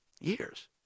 years